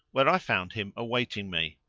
where i found him awaiting me.